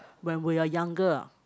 when we are younger ah